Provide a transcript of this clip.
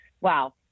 wow